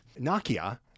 Nakia